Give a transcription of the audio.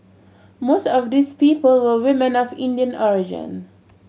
most of these people were women Indian origin